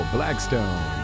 Blackstone